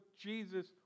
Jesus